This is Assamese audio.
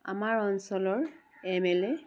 আমাৰ অঞ্চলৰ এম এল এ